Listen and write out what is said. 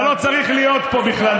אתה לא צריך להיות פה בכלל.